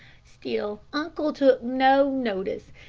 still uncle took no notice,